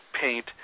paint